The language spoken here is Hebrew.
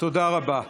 תודה רבה.